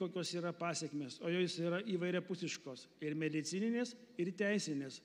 kokios yra pasekmės o jos yra įvairiapusiškos ir medicininės ir teisinės